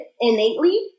innately